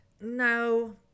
No